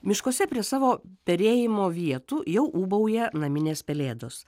miškuose prie savo perėjimo vietų jau ūbauja naminės pelėdos